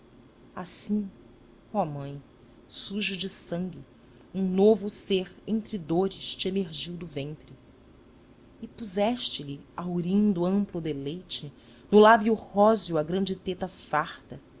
assim oh mãe sujo de sangue um novo ser entre dores te emergiu do ventre e puseste lhe haurindo amplo deleite no lábio róseo a grande teta farta